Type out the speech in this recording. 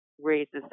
raises